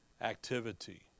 activity